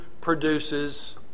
produces